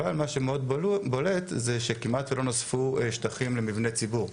אבל מה שמאוד בולט זה שכמעט ולא נוספו שטחים למבני ציבור,